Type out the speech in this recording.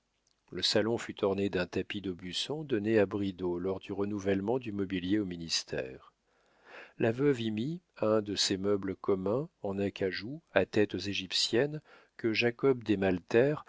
le salon fut orné d'un tapis d'aubusson donné à bridau lors du renouvellement du mobilier au ministère la veuve y mit un de ces meubles communs en acajou à têtes égyptiennes que jacob desmalter